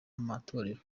amatorero